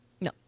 No